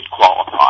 qualify